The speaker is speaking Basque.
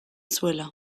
zuela